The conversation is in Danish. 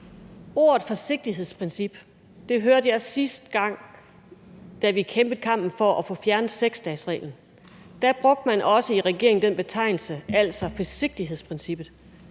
Ordet forsigtighedsprincip hørte jeg sidste gang, da vi kæmpede kampen for at få fjernet 6-dagesreglen. Da brugte man i regeringen også den betegnelse, altså »forsigtighedsprincippet«,